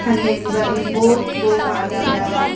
ਹਾਂਜੀ ਹਾਂਜੀ ਭਾਅ ਜੀ ਬਹੁਤ ਬੋ ਮਾਰਦਾ ਪਿਆ ਵਾ